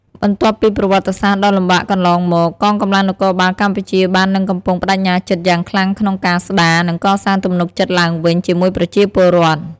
បន្ទាប់ពីប្រវត្តិសាស្ត្រដ៏លំបាកកន្លងមក កងកម្លាំងនគរបាលកម្ពុជាបាននឹងកំពុងប្ដេជ្ញាចិត្តយ៉ាងខ្លាំងក្នុងការស្ដារ និងកសាងទំនុកចិត្តឡើងវិញជាមួយប្រជាពលរដ្ឋ។